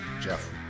Jeff